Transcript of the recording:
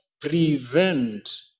prevent